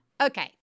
Okay